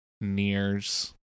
nears